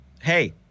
Hey